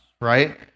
right